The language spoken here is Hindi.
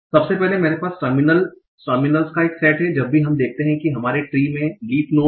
सबसे पहले मेरे पास टर्मिनल्स का सेट है जब भी हम देखते हैं कि हमारे ट्री में लीफ़ नोड हैं